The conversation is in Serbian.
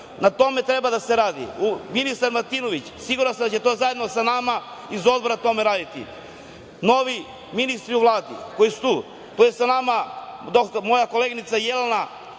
na tome treba da se radi. Ministar Martinović siguran sam da će to zajedno sa nama iz odbora na tome raditi. Novi ministri u Vladi koji su tu, tu je sa nama moja koleginica Jelena,